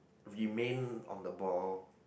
remain on the ball